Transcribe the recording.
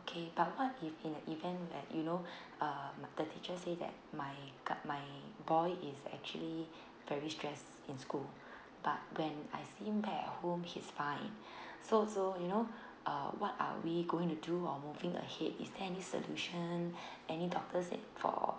okay but what if in the event that you know uh the teachers say that my my boy is actually very stressed in school but when I see him back at home he's fine so so you know uh what are we going to do or moving ahead is there any solution any doctors it for